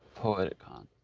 poeticon.